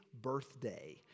birthday